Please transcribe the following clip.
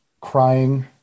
crying